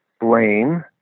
blame